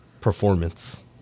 performance